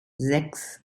sechs